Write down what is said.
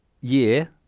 year